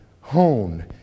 hone